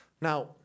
now